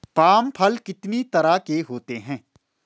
Palm फल कितनी तरह के होते हैं?